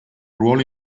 ruolo